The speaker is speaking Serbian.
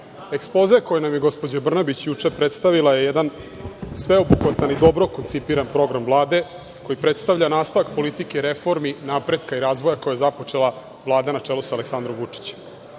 ekspoze koji nam je gospođa Brnabić juče predstavila je jedan sveobuhvatan i dobro koncipiran program Vlade, koji predstavlja nastavak politike reformi, napretka i razvoja, koji je započela Vlada na čelu sa Aleksandrom Vučićem. Smatram